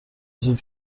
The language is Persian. چیزی